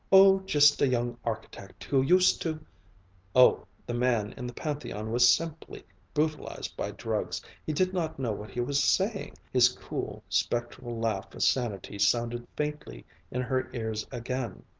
oh, just a young architect who used to oh, the man in the pantheon was simply brutalized by drugs he did not know what he was saying. his cool, spectral laugh of sanity sounded faintly in her ears again.